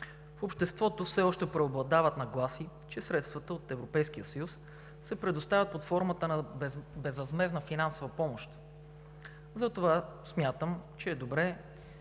в обществото все още преобладават нагласи, че средствата от Европейския съюз се предоставят под формата на безвъзмездна финансова помощ. Затова смятам, че е добре